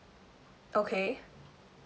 okay